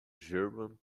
german